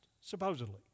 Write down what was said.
Supposedly